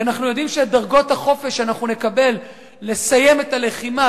כי אנחנו יודעים שדרגות החופש שאנחנו נקבל לסיים את הלחימה,